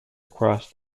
across